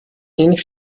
این